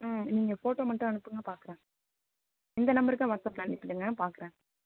ம் நீங்கள் ஃபோட்டோ மட்டும் அனுப்புங்கள் பார்க்கறேன் இந்த நம்பருக்கே வாட்ஸாப்பில் அனுப்பிவிடுங்க பார்க்கறேன்